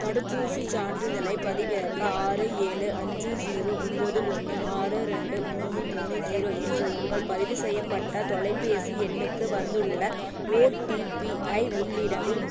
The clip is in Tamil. தடுப்பூசி சான்றிதழை பதிவிறக்க ஆறு ஏழு அஞ்சு ஜீரோ ஒம்பது ஒன்று ஆறு ரெண்டு மூணு மூணு ஜீரோ என்ற உங்கள் பதிவு செய்யப்பட்ட தொலைபேசி எண்ணுக்கு வந்துள்ள ஓடிபி ஐ உள்ளிடவும்